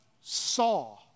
saw